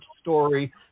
story